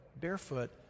barefoot